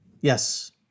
Yes